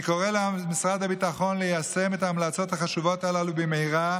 אני קורא למשרד הביטחון ליישם את ההמלצות החשובות הללו במהרה,